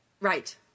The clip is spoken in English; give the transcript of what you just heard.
Right